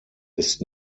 ist